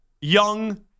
young